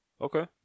okay